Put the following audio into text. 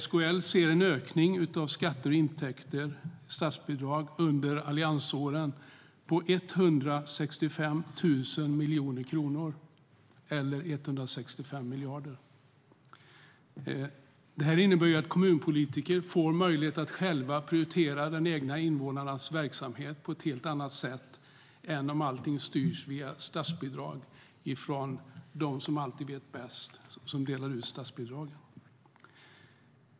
SKL har sett en ökning av skatter och statsbidrag med 165 miljarder kronor under alliansåren. Det här innebär att kommunpolitiker får möjlighet att själva prioritera de egna invånarnas verksamhet på ett helt annat sätt än om allting styrs via statsbidrag som delas ut av dem som alltid "vet bäst".